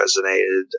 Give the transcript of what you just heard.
resonated